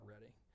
ready